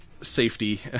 safety